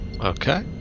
Okay